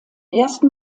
ersten